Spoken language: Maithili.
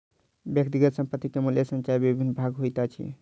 व्यक्तिगत संपत्ति के मूल्य संचयक विभिन्न भाग होइत अछि